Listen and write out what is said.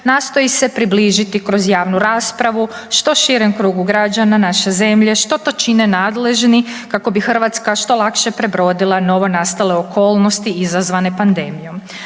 nastoji se približiti kroz javnu raspravu što širem krugu građana naše zemlje što to čine nadležni kako bi Hrvatska što lakše prebrodila novonastale okolnosti izazvane pandemijom.